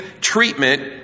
treatment